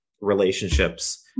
relationships